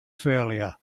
failure